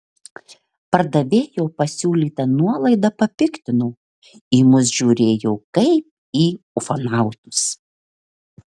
pardavėjo pasiūlyta nuolaida papiktino į mus žiūrėjo kaip į ufonautus